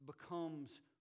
becomes